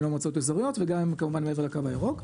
לא מועצות אזוריות וגם הן כמובן מעבר ל"קו הירוק".